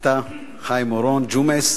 אתה חיים אורון, ג'ומס,